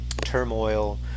turmoil